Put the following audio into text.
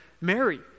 Mary